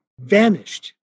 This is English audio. vanished